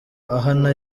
ahana